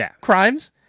crimes